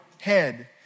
head